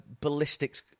ballistics